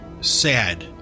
sad